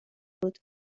بود